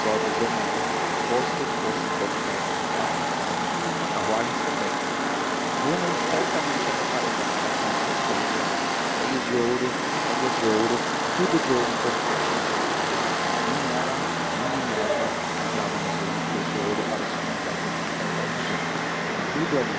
de homero posto fossem corcéis de paz as carruagens também juno certamente as aparelhara com suas correias de ouro freios de ouro rédeas de ouro tudo de ouro incorruptível mas nem ela nem minerva entravam nos veículos de ouro para os fins da guerra contra ílion tudo ali